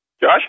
Josh